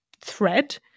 thread